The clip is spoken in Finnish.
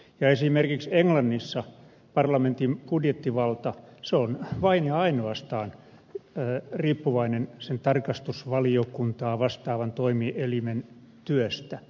esimerkiksi englannissa parlamentin budjettivalta on vain ja ainoastaan riippuvainen sen tarkastusvaliokuntaa vastaavan toimielimen työstä